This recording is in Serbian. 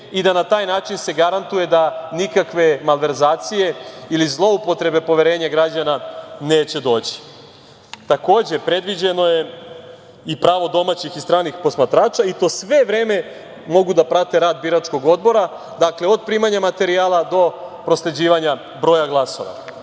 i da se na taj način garantuje da nikakve malverzacije ili zloupotrebe poverenja građana neće doći. Takođe, predviđeno je i pravo domaćih i stranih posmatrača, i to sve vreme mogu da prate rad biračkog odbora, dakle od primanja materijala od prosleđivanja broja glasova. Ono